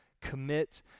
Commit